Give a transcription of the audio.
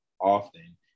often